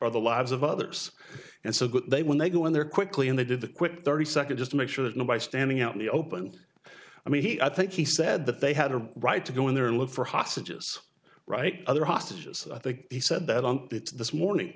or the lives of others and so good they when they go in there quickly and they did the quick thirty second just to make sure that nobody standing out in the open i mean he i think he said that they had a right to go in there and look for hostages right other hostages i think he said that it's this morning